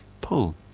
pull